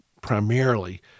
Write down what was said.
primarily